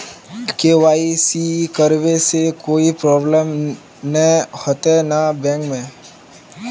KYC करबे से कोई प्रॉब्लम नय होते न बैंक में?